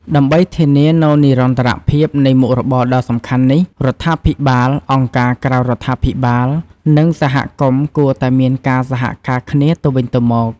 ដើម្បីធានានូវនិរន្តរភាពនៃមុខរបរដ៏សំខាន់នេះ រដ្ឋាភិបាល អង្គការក្រៅរដ្ឋាភិបាល និងសហគមន៍គួរតែមានការសហការគ្នាទៅវិញទៅមក។